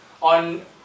on